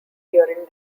during